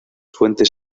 fuentes